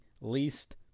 least